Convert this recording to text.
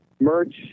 merch